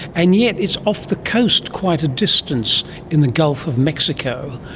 and yet it's off the coast, quite a distance in the gulf of mexico,